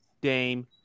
Dame